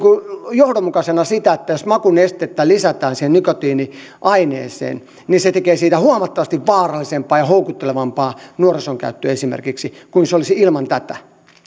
johdonmukaisena sitä että jos makunestettä lisätään siihen nikotiiniaineeseen niin se tekee siitä huomattavasti vaarallisempaa ja houkuttelevampaa nuorison käyttöön esimerkiksi kuin mitä se olisi ilman tätä